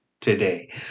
Today